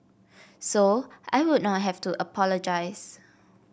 so I would not have to apologise